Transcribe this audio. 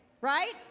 right